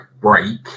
break